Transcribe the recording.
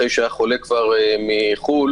אחרי שהחולה שב מחו"ל.